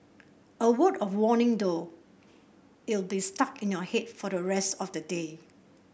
a word of warning though it'll be stuck in your head for the rest of the day